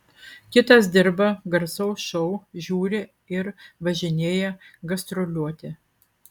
kitas dirba garsaus šou žiuri ir važinėja gastroliuoti